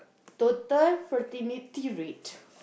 total fertility rate